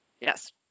Yes